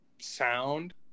sound